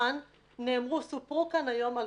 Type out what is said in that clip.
היום על